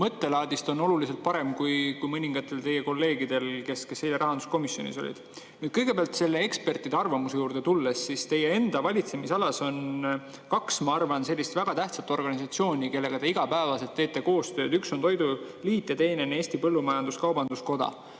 mõttelaadist on oluliselt parem kui mõningatel teie kolleegidel, kes eile rahanduskomisjonis olid. Selle ekspertide arvamuse juurde tulles, siis teie enda valitsemisalas on kaks, ma arvan, sellist väga tähtsat organisatsiooni, kellega te igapäevaselt teete koostööd. Üks on Toiduliit ja teine on Eesti Põllumajandus-Kaubanduskoda.